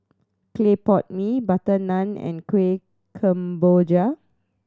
clay pot mee butter naan and Kuih Kemboja